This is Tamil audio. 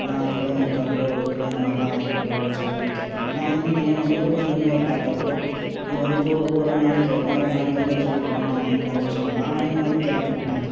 எல்லாம் அரைக் கிலோ முக்கால் கிலோ ஒரு கிலோ இந்த மாதிரிலான் வாங்கிக்கொடு அப்படின் சொல்லிட்டு வந்து கேட்பாங்க நான் வந்து மினிமம் வந்து ஒரு கொஞ்சம் கொஞ்சம் ஒரு கால் கால் கிலோ இது வந்து இப்போது ஒரு ரெண்டு நாளைக்கு வரும் ரெண்டு நாளைக்கு வந்து யூஸ் பண்றமாதிரி நான் வாங்கிக்கோங்கன்னு சொல்லுவேன் ஆனால் இவங்க வந்து கேட்க மாட்டாங்க